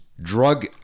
Drug